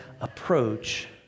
approach